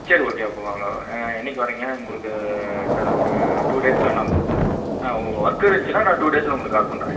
சரி ஓகே அப்போது வாங்க ஆ என்னைக்கு வரீங்க உங்களுக்கு ஒரு டூ டேஸில் நான் ஆ ஒர்க்கு இருந்துச்சின்னா நான் டூ டேஸில் உங்களுக்கு கால் பண்ணுறேன்